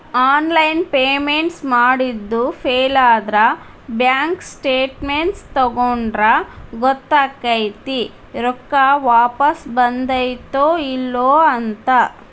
online payments ಮಾಡಿದ್ದು ಫೇಲಾದ್ರ bank statements ತಕ್ಕೊಂಡ್ರ ಗೊತ್ತಕೈತಿ ರೊಕ್ಕಾ ವಾಪಸ್ ಬಂದೈತ್ತೋ ಇಲ್ಲೋ ಅಂತ